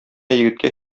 егеткә